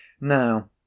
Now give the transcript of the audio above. now